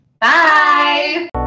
Bye